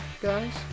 guys